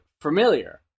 familiar